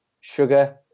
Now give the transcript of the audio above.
sugar